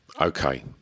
Okay